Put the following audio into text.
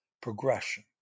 Progression